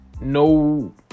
No